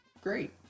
great